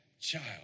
child